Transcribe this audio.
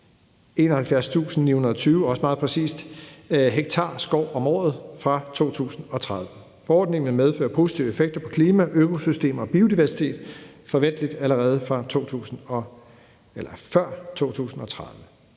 også meget præcist, fra 2030. Forordningen vil medføre positive effekter på klima, økosystemer og biodiversitet, forventeligt allerede før 2030.